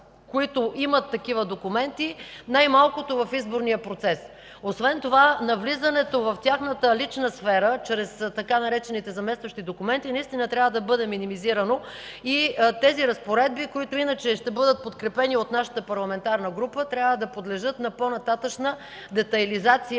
които имат такива документи, най-малкото в изборния процес. Освен това навлизането в тяхната лична сфера чрез така наречените „заместващи документи” трябва да бъде минимизирано и разпоредбите, които иначе ще бъдат подкрепени от нашата парламентарна група, трябва да подлежат на по-нататъшна детайлизация